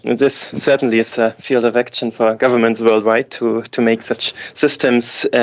this certainly is a field of action for governments worldwide to to make such systems